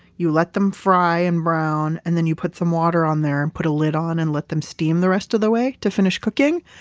you let them fry and brown, and then you put some water on there and put a lid on and let them steam the rest of the way to finish cooking.